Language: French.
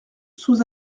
sous